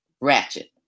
Ratchet